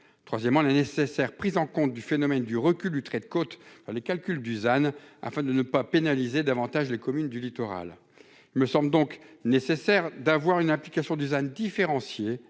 troisièmement la nécessaire prise en compte du phénomène du recul du trait de côte, les calculs Dusan afin de ne pas pénaliser davantage les communes du littoral me semble donc nécessaire d'avoir une implication Dusan différenciées